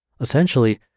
Essentially